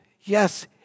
Yes